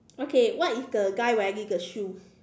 okay what is the guy wearing the shoes